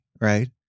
right